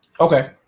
Okay